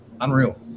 unreal